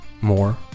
more